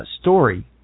story